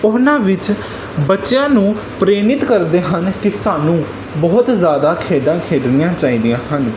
ਉਹਨਾਂ ਵਿੱਚ ਬੱਚਿਆਂ ਨੂੰ ਪ੍ਰੇਰਿਤ ਕਰਦੇ ਹਨ ਕਿ ਸਾਨੂੰ ਬਹੁਤ ਜ਼ਿਆਦਾ ਖੇਡਾਂ ਖੇਡਣੀਆਂ ਚਾਹੀਦੀਆਂ ਹਨ